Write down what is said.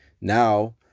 Now